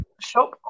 shop